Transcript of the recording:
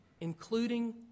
including